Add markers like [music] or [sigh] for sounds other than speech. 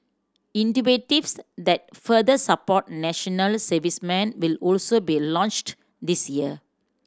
[unintelligible] that further support national servicemen will also be launched this year